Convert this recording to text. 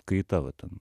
kaita va ten